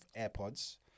AirPods